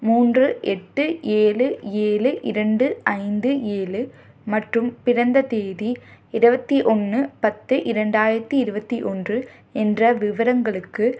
மூன்று எட்டு ஏழு ஏழு இரண்டு ஐந்து ஏழு மற்றும் பிறந்த தேதி இருபத்தி ஒன்று பத்து இரண்டாயிரத்தி இருபத்தி ஒன்று என்ற விவரங்களுக்கு